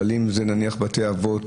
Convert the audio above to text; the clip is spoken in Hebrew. אבל אם זה נניח בתי אבות,